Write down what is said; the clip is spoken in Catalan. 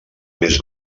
més